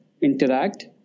interact